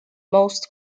most